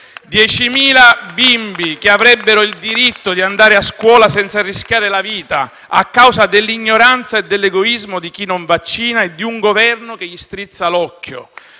10.000 bimbi che avrebbero il diritto di andare a scuola senza rischiare la vita non potranno farlo a causa dell'ignoranza e dell'egoismo di chi non vaccina e di un Governo che gli strizza l'occhio.